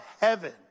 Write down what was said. heaven